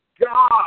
God